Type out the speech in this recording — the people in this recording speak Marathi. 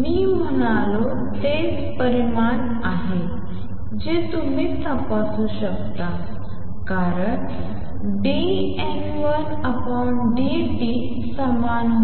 मी म्हणालो तेच परिमाण आहे जे तुम्ही तपासू शकता कारण dN1dt समान AN2होते